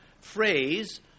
phrase